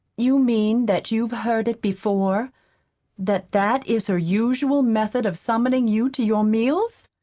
you mean that you've heard it before that that is her usual method of summoning you to your meals?